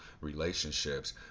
relationships